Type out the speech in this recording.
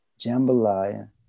Jambalaya